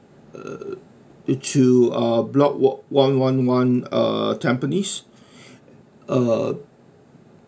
uh to uh block walk one one one uh tampines uh